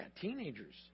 teenagers